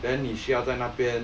then 你需要在那边